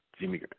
Jimmy